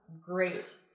great